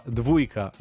dwójka